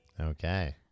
Okay